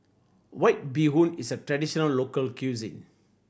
White Bee Hoon is a traditional local cuisine